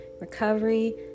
recovery